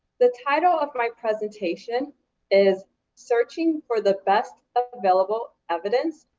the title of my presentation is searching for the best available evidence,